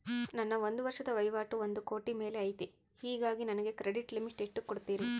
ನನ್ನ ಒಂದು ವರ್ಷದ ವಹಿವಾಟು ಒಂದು ಕೋಟಿ ಮೇಲೆ ಐತೆ ಹೇಗಾಗಿ ನನಗೆ ಕ್ರೆಡಿಟ್ ಲಿಮಿಟ್ ಎಷ್ಟು ಕೊಡ್ತೇರಿ?